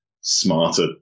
smarter